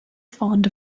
fond